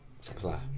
Supply